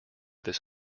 this